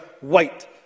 white